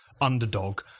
underdog